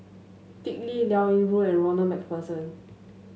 Dick Lee Liao Yingru and Ronald MacPherson